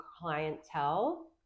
clientele